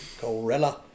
Gorilla